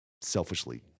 selfishly